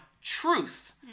truth